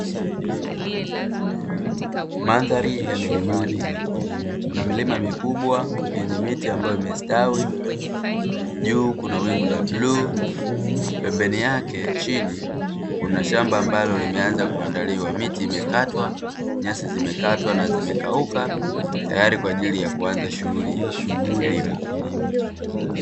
Mandhari ya milimani kuna milima mikubwa yenye miti ambayo imestawi, juu kuna wingu la bluu. Pembeni yake chini kuna shamba ambalo limeanza kuandaliwa, miti imekatwa na nyasi zimekatwa na zimekauka tayari kwa ajili ya kuanza shughuli ya kilimo.